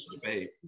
debate